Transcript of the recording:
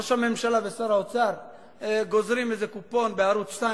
ראש הממשלה ושר האוצר גוזרים איזה קופון בערוץ-2,